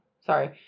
sorry